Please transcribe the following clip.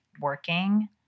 working